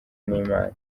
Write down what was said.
n’imana